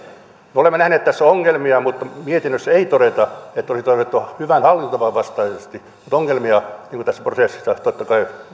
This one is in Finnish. me olemme nähneet tässä ongelmia mietinnössä ei todeta että olisi toimittu hyvän hallintotavan vastaisesti mutta ongelmia tässä prosessissa totta kai